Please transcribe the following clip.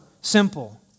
simple